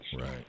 right